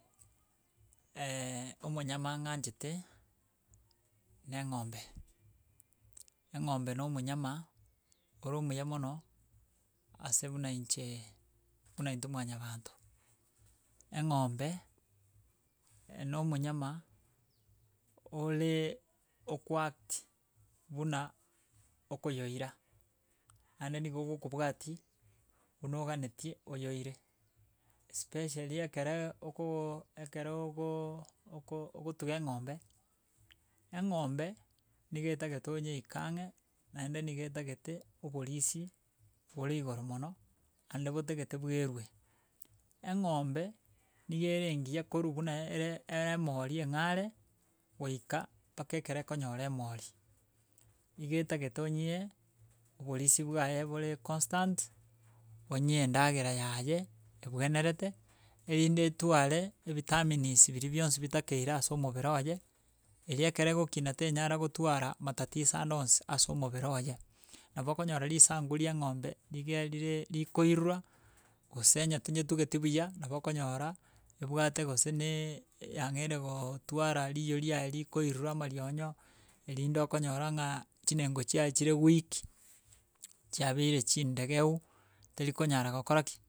omonyama ng'anchete na eng'ombe, eng'ombe na omonyama oro omuya mono ase buna incheee, buna intwe mwanyabanto. Eng'ombee eh na omonyama oreee okoacti buna okoyoira, naende nigo okogobwati buna oganetie oyoire, especially ekere okoooo ekero ogoooo oko ogotuga eng'ombe, eng'ombe nigaetagete onyeike ang'e, naende nigaetagete oborisia bore igoro mono, naende botagete bwerwe. Eng'ombe, niga ere engiya korwa buna ere ere emori eng'are, goika mpaka ekero egonyora emori, iga etagete onyie oborisi bwaye bore constant, onyie endagera yaye ebwenerete, erinde etware ebitaminis biri bionsi bitakeire ase omobere oyo, eri ekero egokina tenyara gotwara matatizo ande onsi ase omobere oye. Nabo okonyora risangu ria eng'ombe niga rire rikoirura, gose onye tonyetugeti buya nabo okonyora, ebwate gose naaaa yang'eire gotwara riyoo riaye rikoirura amarionyo, erinde okonyora ng'a chinengo chiaye chire weak, chiabeire chindegeu teri konyara gokora ki.